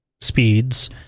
speeds